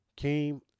Came